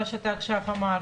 מה שעכשיו אמרת.